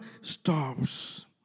stops